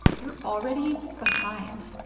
you're already behind.